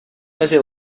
mezi